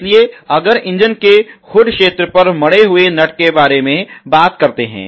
इसलिए अगर इंजन के हुड क्षेत्र पर पर मढ़े हुए नट के बारे मे बात करते हैं